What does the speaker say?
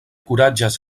kuraĝas